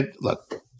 look